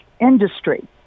industry